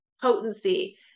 potency